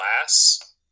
glass